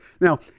Now